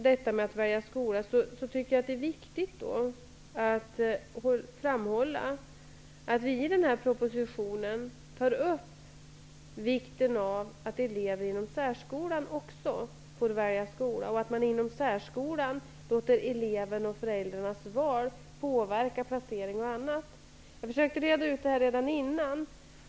Det är viktigt att framhålla att vi i propositionen tar upp vikten av att elever inom särskolan också får välja skola och att man inom särskolan låter elevens och föräldrarnas val påverka t.ex. placering. Jag försökte reda ut det här redan innan.